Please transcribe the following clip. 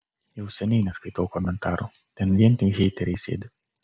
jau seniai neskaitau komentarų ten vien tik heiteriai sėdi